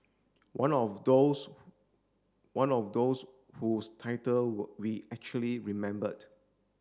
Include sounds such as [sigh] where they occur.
one of those one of those whose title [unintelligible] we actually remembered